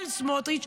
בצלאל סמוטריץ',